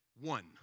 one